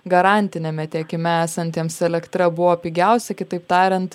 garantiniame tiekime esantiems elektra buvo pigiausia kitaip tariant